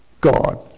God